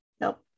Nope